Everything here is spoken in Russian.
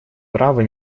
право